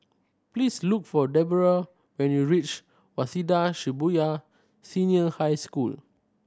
please look for Deborrah when you reach Waseda Shibuya Senior High School